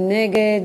מי נגד?